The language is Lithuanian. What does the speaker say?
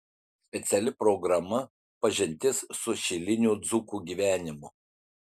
speciali programa pažintis su šilinių dzūkų gyvenimu